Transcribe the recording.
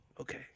Okay